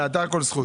יכול להיות שהוא שם.